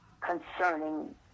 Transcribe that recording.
concerning